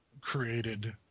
created